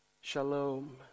shalom